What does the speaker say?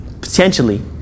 Potentially